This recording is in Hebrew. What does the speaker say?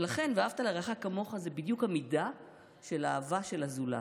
ולכן "ואהבת לרעך כמוך" זה בדיוק המידה של האהבה של הזולת.